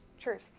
truth